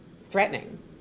threatening